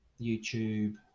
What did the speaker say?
YouTube